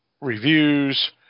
reviews